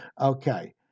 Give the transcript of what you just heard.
okay